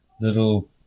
little